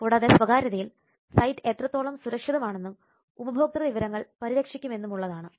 കൂടാതെ സ്വകാര്യതയിൽ സൈറ്റ് എത്രത്തോളം സുരക്ഷിതമാണെന്നും ഉപഭോക്തൃ വിവരങ്ങൾ പരിരക്ഷിക്കുമെന്നും ഉള്ളതാണ്